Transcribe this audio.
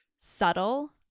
subtle